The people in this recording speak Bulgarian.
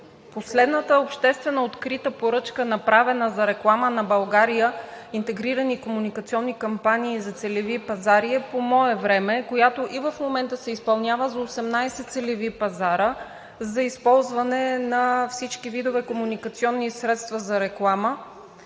последната обществена открита поръчка, направена за реклама на България – интегрирани комуникационни кампании за целеви пазари, е по мое време, която и в момента се изпълнява, за 18 целеви пазара за използване на всички видове комуникационни средства за реклама.